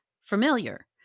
familiar